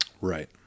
right